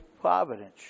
providence